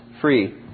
free